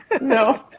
no